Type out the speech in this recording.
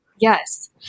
Yes